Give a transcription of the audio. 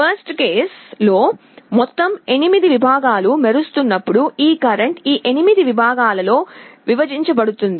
worst కేసులో మొత్తం 8 విభాగాలు మెరుస్తున్నప్పుడు ఈ కరెంట్ ఈ 8 విభాగాలలో విభజించబడుతుంది